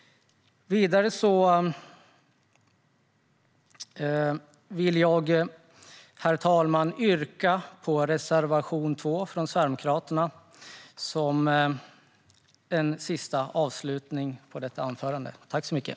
Herr talman! Jag vill avsluta detta anförande med att yrka bifall till reservation 2 från Sverigedemokraterna.